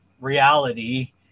reality